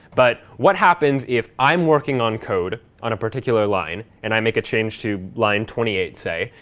but what happens if i'm working on code, on a particular line, and i make a change to line twenty eight, say,